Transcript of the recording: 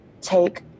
take